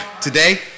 today